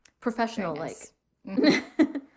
Professional-like